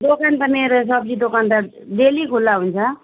दोकान त मेरो सब्जी दोकान त डेली खुल्ला हुन्छ